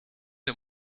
der